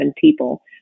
people